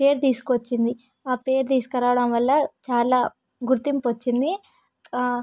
పేరు తీసుక వచ్చింది ఆ పేరు తీసుకురావడం వల్ల చాలా గుర్తింపు వచ్చింది